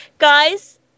Guys